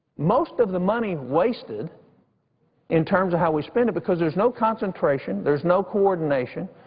most of the money wasted in terms of how we spend it because there's no concentration. there's no coordination.